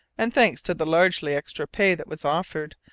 and thanks to the largely-extra pay that was offered,